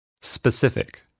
Specific